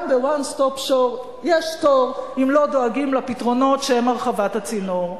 גם ב- One Stop Shop יש תור אם לא דואגים לפתרונות שהם הרחבת הצינור.